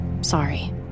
Sorry